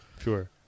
sure